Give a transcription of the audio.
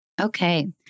Okay